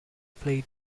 played